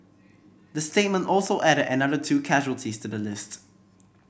the statement also added another two casualties to the list